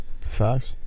Facts